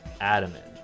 Adamant